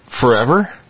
forever